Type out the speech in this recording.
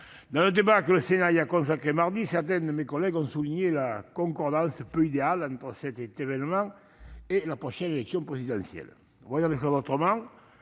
cours du débat que le Sénat y a consacré mardi, certains de mes collègues ont souligné la peu idéale concordance entre cet événement et la prochaine élection présidentielle. Voyons les choses autrement